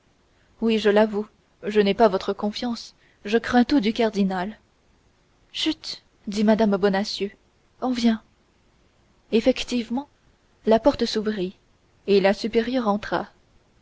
oui je l'avoue je n'ai pas votre confiance je crains tout du cardinal chut dit mme bonacieux on vient effectivement la porte s'ouvrit et la supérieure